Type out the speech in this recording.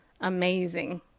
amazing